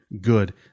good